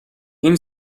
این